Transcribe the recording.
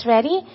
Ready